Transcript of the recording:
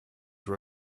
were